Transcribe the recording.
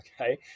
okay